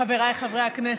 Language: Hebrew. חבריי חברי הכנסת,